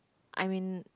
I mean